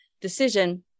decision